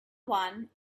one